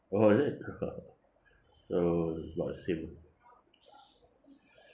!wow! is it so about the same